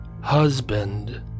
Husband